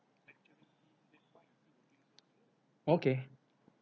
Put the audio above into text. okay